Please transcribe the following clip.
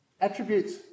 Attributes